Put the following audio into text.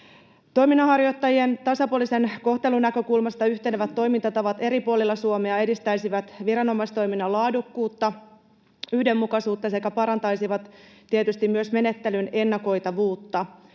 Toiminnanharjoittajien tasapuolisen kohtelun näkökulmasta yhtenevät toimintatavat eri puolilla Suomea edistäisivät viranomaistoiminnan laadukkuutta, yhdenmukaisuutta sekä parantaisivat tietysti myös menettelyn ennakoitavuutta.